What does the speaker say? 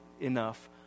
enough